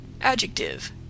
Adjective